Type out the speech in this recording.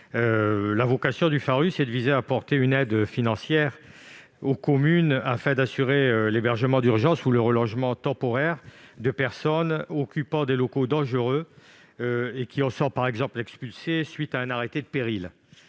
la vocation est d'apporter une aide financière aux communes afin d'assurer l'hébergement d'urgence ou le relogement temporaire de personnes occupant des locaux dangereux et qui en sont, par exemple, expulsés à la suite d'un arrêté de péril.